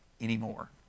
anymore